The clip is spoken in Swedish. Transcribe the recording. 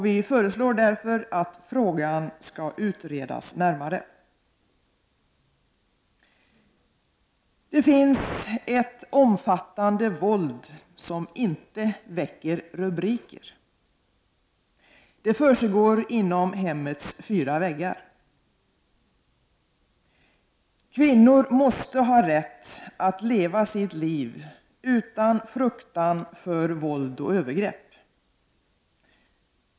Vi föreslår därför att frågan utreds närmare. Det finns ett omfattande våld som inte väcker rubriker. Detta våld försiggår inom hemmets fyra väggar. Kvinnor måste ha rätt att leva sitt liv utan fruktan för våld och övergrepp.